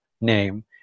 name